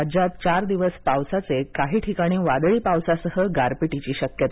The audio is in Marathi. राज्यात चार दिवस पावसाचे काही ठिकाणी वादळी पावसासह गारपिट होण्याची शक्यता